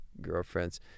girlfriends